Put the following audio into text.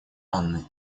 анны